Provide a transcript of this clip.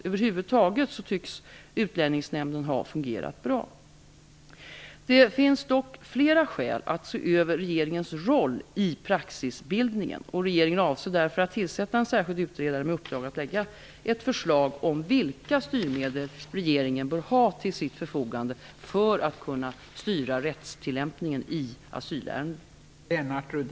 Över huvud taget tycks Utlänningsnämnden har fungerat bra. Det finns dock flera skäl att se över regeringens roll i praxisbildningen. Regeringen avser därför att tillsätta en särskild utredare med uppdrag att lägga fram ett förslag om vilka styrmedel regeringen bör ha till sitt förfogande för att kunna styra rättstillämpningen i asylärenden.